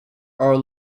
are